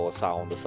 sound